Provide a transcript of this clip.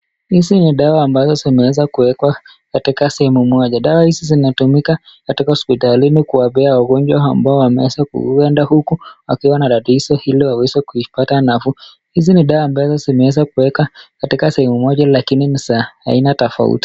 Hizi ni dawa ambazo zimeweza kuwekwa katika sehemu moja. Dawa hizi zinatumika katika hospitalini kuwabea ugonjwa ambao wameza kuenda huku akiwa na tatizo ili waweze kuipata nafuu. Hizi ni dawa ambazo zimeweza kuweka katika sehemu moja lakini ni saa aina tofauti.